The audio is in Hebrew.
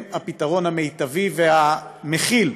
הן הפתרון המיטבי והמכיל,